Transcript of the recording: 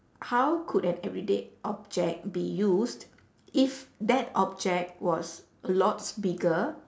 how could an everyday object be used if that object was a lot bigger